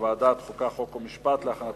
לוועדת החוקה, חוק ומשפט נתקבלה.